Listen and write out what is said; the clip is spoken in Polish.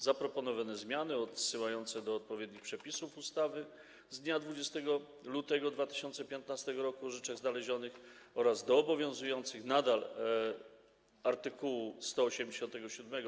Zaproponowane zmiany odsyłające do odpowiednich przepisów ustawy z dnia 20 lutego 2015 r. o rzeczach znalezionych oraz do obowiązującego nadal art. 187